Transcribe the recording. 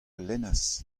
lennas